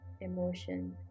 emotion